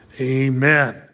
amen